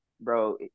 bro